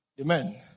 Amen